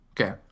Okay